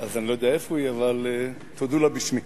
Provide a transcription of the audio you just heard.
אני לא יודע איפה היא, אבל תודו לה בשמי.